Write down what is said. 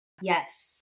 yes